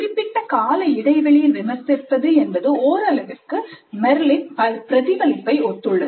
குறிப்பிட்ட கால இடைவெளியில் விமர்சிப்பது என்பது ஓரளவிற்கு மெர்லின் பிரதிபலிப்பை ஒத்துள்ளது